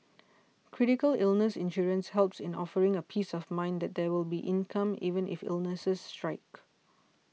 critical illness insurance helps in offering a peace of mind that there will be income even if illnesses strike